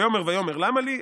"ויאמר ויאמר למה לי,